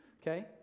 okay